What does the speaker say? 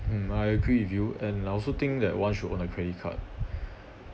mm I agree with you and I also think that one should own a credit card